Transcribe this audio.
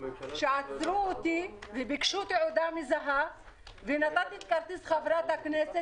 שעצרו אותי וביקשו תעודה מזהה ונתתי את כרטיס חברת הכנסת